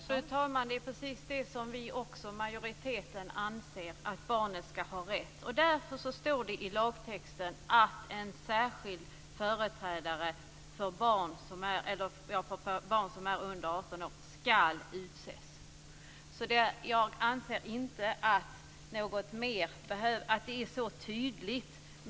Fru talman! Det är precis det som vi i majoriteten också anser; att barnen ska ha rätt. Därför står det i lagtexten att en särskild företrädare för barn som är under 18 år ska utses. Jag anser att det här är tydligt.